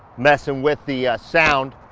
messing with the sound.